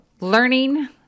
Learning